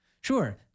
Sure